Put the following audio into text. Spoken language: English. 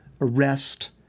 arrest